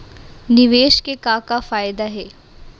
निवेश के का का फयादा हे?